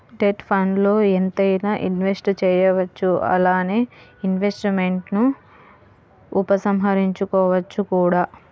debt ఫండ్స్ల్లో ఎంతైనా invest చేయవచ్చు అలానే ఇన్వెస్ట్మెంట్స్ను ఉపసంహరించుకోవచ్చు కూడా